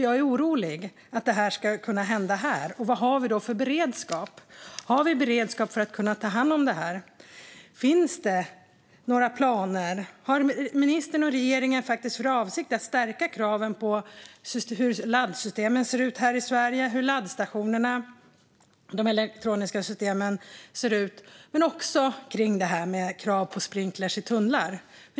Jag är orolig att detta ska kunna hända här. Vad har vi då för beredskap? Har vi beredskap för att kunna ta hand om det här? Finns det några planer? Har ministern och regeringen för avsikt att stärka kraven här i Sverige på laddsystemen, laddstationerna och de elektroniska systemen och på sprinkler i tunnlar?